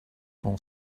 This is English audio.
more